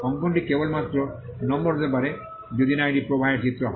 অঙ্কনটি কেবলমাত্র নম্বর হতে পারে যদি না এটি প্রবাহের চিত্র হয়